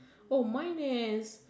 oh mine is